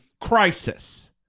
crisis